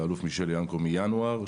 מינואר,